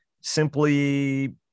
simply